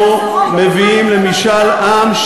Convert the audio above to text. מביאים למשאל עם,